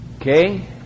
Okay